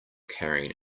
carrying